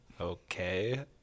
Okay